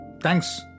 Thanks